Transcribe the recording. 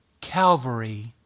Calvary